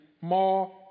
more